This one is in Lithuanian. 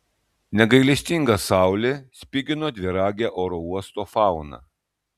negailestinga saulė spigino dviragę oro uosto fauną